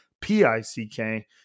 P-I-C-K